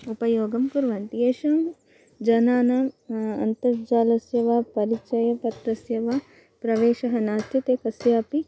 उपयोगं कुर्वन्ति एषां जनानाम् अन्तर्जालस्य वा परिचयपत्रस्य वा प्रवेशः न कस्यापि